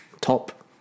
top